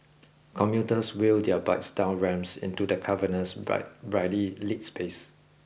commuters wheel their bikes down ramps into the cavernous but brightly lit space